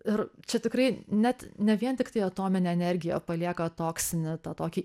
ir čia tikrai net ne vien tiktai atominę energiją palieka toksinį tą tokį